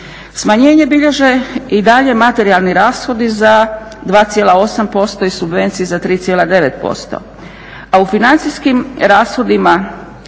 Smanjenje bilježe i dalje materijalni rashodi za 2,8% i subvencije za 3,9% a u financijskim rashodima